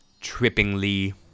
trippingly